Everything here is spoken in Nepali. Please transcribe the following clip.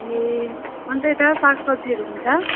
ए अन्त यता सागसब्जीहरू हुन्छ